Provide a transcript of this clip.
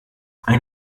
ein